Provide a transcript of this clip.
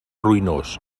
ruïnós